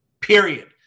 period